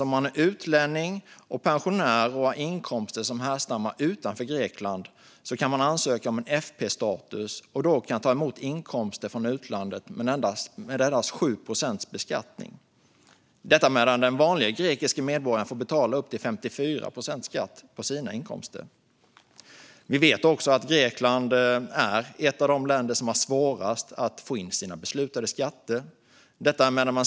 Om man är utlänning och pensionär och har inkomster som härstammar utanför Grekland kan man ansöka om FP-status och kan då ta emot inkomster från utlandet med endast 7 procents beskattning. Samtidigt får den vanlige grekiske medborgaren betala upp till 54 procent i skatt på sina inkomster. Vi vet också att Grekland är ett av de länder som har svårast att få in sina beslutade skatter.